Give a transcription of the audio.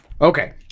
Okay